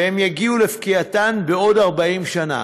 והן יגיעו לפקיעתן בעוד 40 שנה.